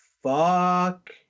Fuck